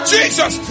Jesus